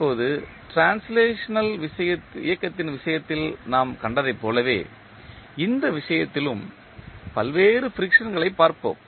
இப்போது டிரான்ஸ்லேஷனல் இயக்கத்தின் விஷயத்தில் நாம் கண்டதைப் போலவே இந்த விஷயத்திலும் பல்வேறு ஃபிரிக்சன்களைக் காண்போம்